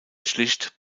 schlicht